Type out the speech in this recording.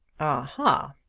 aha!